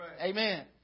Amen